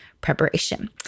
preparation